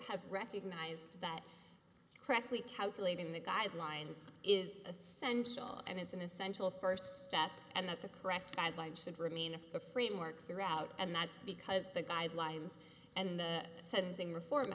has recognized that correctly calculating the guidelines is essential and it's an essential first step and that the correct guideline should remain a framework throughout and that's because the guidelines and the sentencing reform